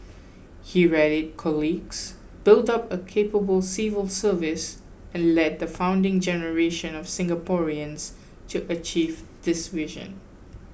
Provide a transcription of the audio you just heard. he rallied colleagues built up a capable civil service and led the founding generation of Singaporeans to achieve this vision